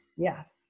Yes